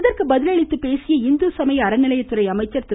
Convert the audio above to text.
இதற்கு பதிலளித்து பேசிய இந்துசமய அறநிலையத்துறை அமைச்சர் திரு